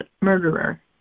murderer